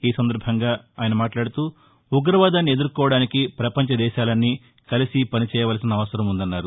ఈ సందర్బంగా ఆయన మాట్లాడుతూ ఉగ్రవాదాన్ని ఎదుర్కోవడానికి ప్రపంచ దేశాలన్నీ కలిసి పనిచేయాల్సిన అవసరం ఉందన్నారు